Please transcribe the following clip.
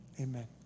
amen